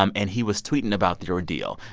um and he was tweeting about the ordeal.